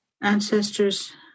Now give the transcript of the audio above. ancestors